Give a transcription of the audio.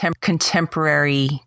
contemporary